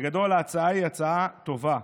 בגדול ההצעה היא הצעה טובה.